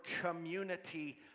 community